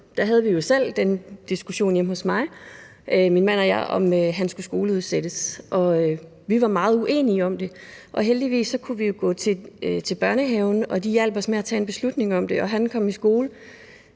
der havde vi selv den diskussion hjemme hos os, min mand og jeg, om, hvorvidt vores søn skulle skoleudsættes, og vi var meget uenige om det. Heldigvis kunne vi gå til børnehaven, og de hjalp os med at tage en beslutning om det, og han kom i skole